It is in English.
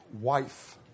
wife